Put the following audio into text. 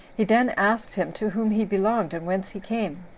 he then asked him to whom he belonged, and whence he came.